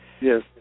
Yes